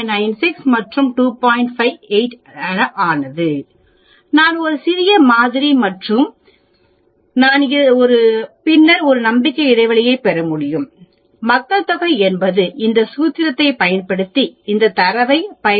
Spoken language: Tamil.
நான் ஒரு சிறிய மாதிரி மற்றும் நான் இருந்தால் ஒரு சராசரியைப் பெறுங்கள் நான் ஒரு நிலையான விலகலைப் பெறுகிறேன்பின்னர் நான் ம்பிக்கை இடைவெளியைப் கண்டறிந்தேன்